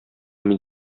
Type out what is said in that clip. мин